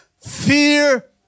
fear